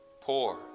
poor